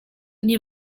nie